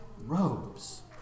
robes